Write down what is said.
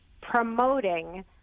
promoting